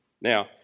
Now